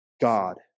God